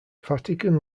vatican